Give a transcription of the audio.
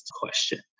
question